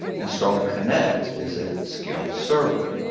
and starling connect is a scim server.